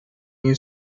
you